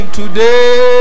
today